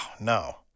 no